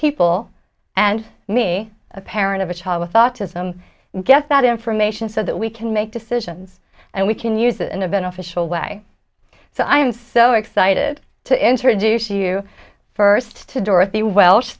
people and me a parent of a child with autism get that information so that we can make decisions and we can use it in a beneficial way so i am so excited to introduce you first to dorothy welsh